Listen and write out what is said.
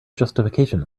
justification